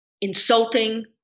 insulting